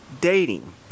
dating